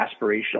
aspirational